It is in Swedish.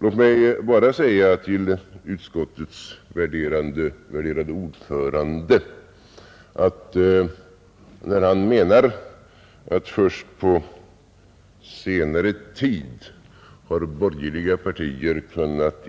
Låt mig bara säga till utskottets värderade ordförande att när han gör gällande att borgerliga partier först på senare tid har